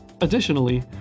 Additionally